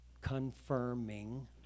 Confirming